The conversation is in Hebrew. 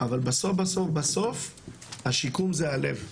אבל בסוף בסוף השיקום הוא הלב.